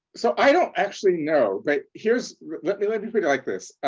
so, i don't actually know. but here's, let me let me put it like this.